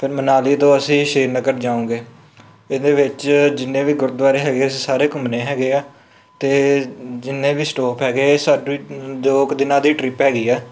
ਫੇਰ ਮਨਾਲੀ ਤੋਂ ਅਸੀਂ ਸ਼੍ਰੀਨਗਰ ਜਾਉਂਗੇ ਇਹਦੇ ਵਿੱਚ ਜਿੰਨੇ ਵੀ ਗੁਰਦੁਆਰੇ ਹੈਗੇ ਅਸੀਂ ਸਾਰੇ ਘੁੰਮਣੇ ਹੈਗੇ ਆ ਅਤੇ ਜਿੰਨੇ ਵੀ ਸਟੋਪ ਹੈਗੇ ਇਹ ਸਾਡੀ ਦੋ ਕੁ ਦਿਨਾਂ ਦੀ ਟ੍ਰਿਪ ਹੈਗੀ ਆ